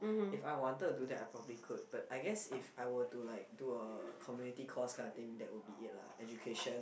if I wanted to do that I probably could but I guess if I were to like do a community course kind of thing that would be it lah education